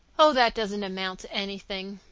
oh, that doesn't amount to anything.